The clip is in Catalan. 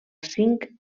cinc